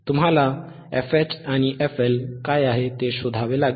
तुम्हाला fH आणि fL काय आहे ते शोधावे लागेल